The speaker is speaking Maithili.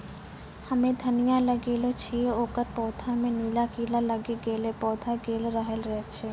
हम्मे धनिया लगैलो छियै ओकर पौधा मे नीला कीड़ा लागी गैलै पौधा गैलरहल छै?